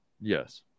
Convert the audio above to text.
Yes